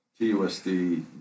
TUSD